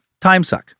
timesuck